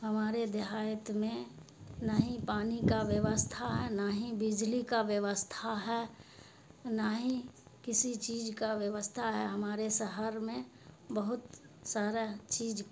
ہمارے دیہات میں نہ ہی پانی کا ویوستھا ہے نہ ہی بجلی کا ویوستھا ہے نہ ہی کسی چیز کا ویوستھا ہے ہمارے شہر میں بہت سارا چیز